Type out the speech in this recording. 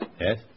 Yes